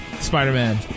Spider-Man